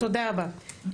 תודה רבה.